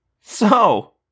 So